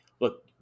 Look